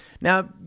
Now